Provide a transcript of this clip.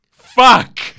Fuck